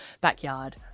backyard